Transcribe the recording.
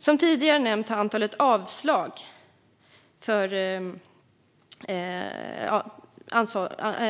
Som tidigare nämnts har antalet avslag på